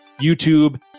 youtube